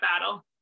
battle